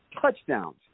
touchdowns